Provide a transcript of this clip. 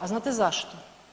A znate zašto?